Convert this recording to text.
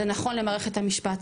זה נכון למערכת המשפט,